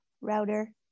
router